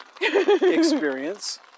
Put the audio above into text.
experience